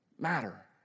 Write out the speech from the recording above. matter